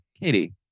Katie